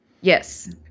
Yes